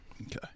Okay